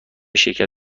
شرکت